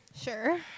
Sure